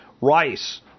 rice